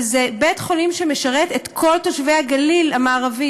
אבל זה בית-חולים שמשרת את כל תושבי הגליל המערבי,